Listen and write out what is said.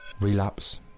relapse